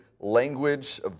language